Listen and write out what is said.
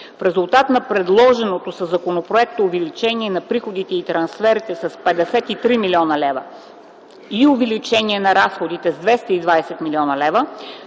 В резултат на предложеното със законопроекта увеличение на приходите и трансферите с 53,0 млн. лв. и увеличение на разходите с 220,0 млн. лв.